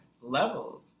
levels